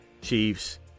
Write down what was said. Chiefs